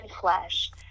flesh